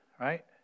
right